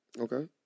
Okay